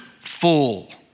full